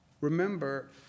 Remember